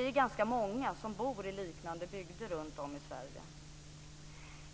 Vi är ganska många som bor i liknande bygder runtom i Sverige.